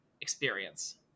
experience